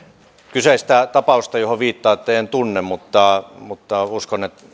kyseistä tapausta johon viittaatte en tunne mutta mutta uskon että